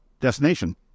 destination